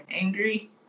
angry